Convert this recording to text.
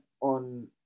on